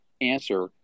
answer